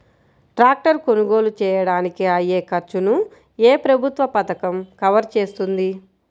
Tractor కొనుగోలు చేయడానికి అయ్యే ఖర్చును ఏ ప్రభుత్వ పథకం కవర్ చేస్తుంది?